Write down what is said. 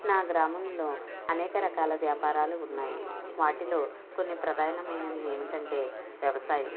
నా గ్రామంలో అనేక రకాల వ్యాపారాలు ఉన్నాయి వాటిలో కొన్ని ప్రధానమైనవి ఏమిటంటే వ్యవసాయం